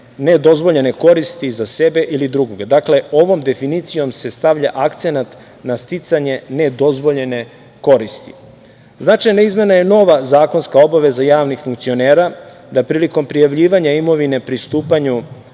nedozvoljene koristi za sebe ili drugoga. Ovom definicijom se stavlja akcenat na sticanje nedozvoljene koristi. Značajna izmena je nova zakonska obaveza javnih funkcionera da prilikom prijavljivanja imovine pri stupanju,